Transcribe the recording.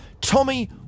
Tommy